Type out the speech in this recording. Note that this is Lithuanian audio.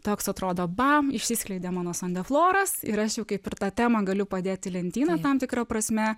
toks atrodo bam išsiskleidė mano san de floras ir aš jau kaip ir tą temą galiu padėti į lentyną tam tikra prasme